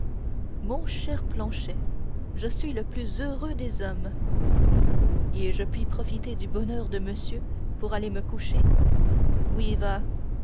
mon cher planchet je suis le plus heureux des hommes et je puis profiter du bonheur de monsieur pour aller me coucher oui va